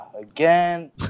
again